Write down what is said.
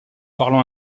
parlant